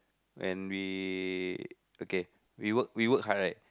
when we okay we work we work hard right